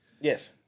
yes